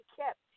kept